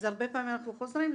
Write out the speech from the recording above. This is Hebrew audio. אז הרבה פעמים אנחנו חוזרים,